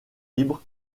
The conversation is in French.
libre